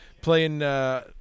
playing